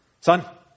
Son